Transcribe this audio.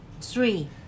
Three